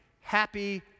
happy